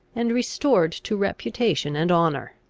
and restored to reputation and honour